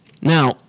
now